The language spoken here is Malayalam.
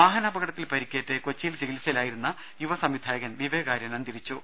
വാഹനാപകടത്തിൽ പരിക്കേറ്റ് കൊച്ചിയിൽ ചികിത്സയിൽ ആയിരുന്ന യുവസം വിധായകൻ വിവേക് ആര്യൻ അന്തരിച്ചു